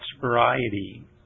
variety